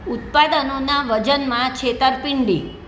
ઉત્પાદનોના વજનમાં છેતરપિંડી